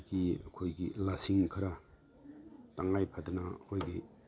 ꯍꯤ ꯑꯩꯈꯣꯏꯒꯤ ꯂꯁꯤꯡ ꯈꯔ ꯇꯉꯥꯏ ꯐꯗꯅ ꯑꯩꯈꯣꯏꯒꯤ